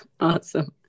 Awesome